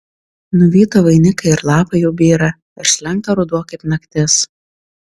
nuvyto vainikai ir lapai jau byra ir slenka ruduo kaip naktis